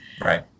right